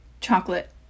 chocolate